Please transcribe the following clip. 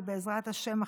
ובעזרת השם,